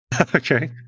Okay